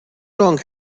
long